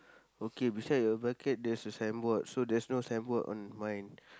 okay beside your bucket there's a signboard so there's no signboard on mine